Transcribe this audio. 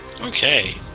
Okay